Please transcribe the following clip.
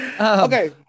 okay